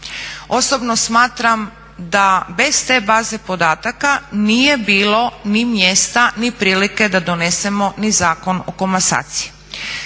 Osobno smatram da bez te baze podataka nije bilo ni mjesta ni prilike da donesemo ni Zakon o komasaciji.